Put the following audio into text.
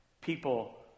People